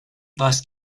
was